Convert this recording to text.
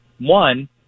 one